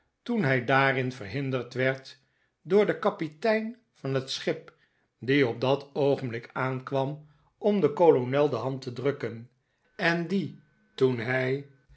toen hij daarin verhinderd werd door den kapitein van het schip die op dat oogenblik aankwam om den kolonel de hand te drukken en die toen hij